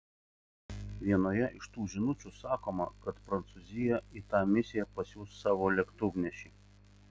vienoje iš tų žinučių sakoma kad prancūzija į tą misiją pasiųs savo lėktuvnešį